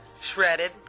shredded